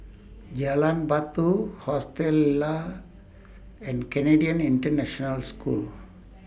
Jalan Batu Hostel Lah and Canadian International School